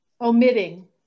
omitting